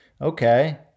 Okay